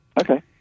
Okay